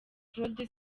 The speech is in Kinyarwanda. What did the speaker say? claude